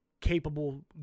capable